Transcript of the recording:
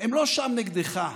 הם לא שם נגדך,